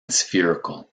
spherical